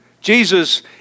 Jesus